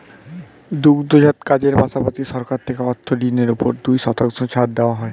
দুগ্ধজাত কাজের পাশাপাশি, সরকার থেকে অর্থ ঋণের উপর দুই শতাংশ ছাড় দেওয়া হয়